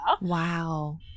Wow